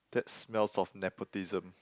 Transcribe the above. that smells of nepotism